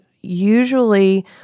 usually